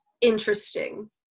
interesting